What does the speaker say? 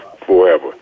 forever